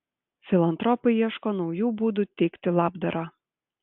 filantropai ieško naujų būdų teikti labdarą